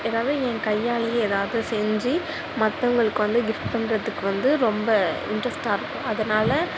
ஏதாவுது என் கையாலையே ஏதாவுது செஞ்சு மற்றவுங்களுக்கு வந்து கிஃப்ட் பண்ணுறதுக்கு வந்து ரொம்ப இன்ட்ரஸ்ட்டாக இருக்கும் அதனால